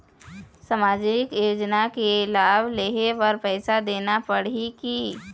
सामाजिक योजना के लाभ लेहे बर पैसा देना पड़ही की?